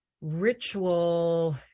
ritual